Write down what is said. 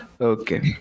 okay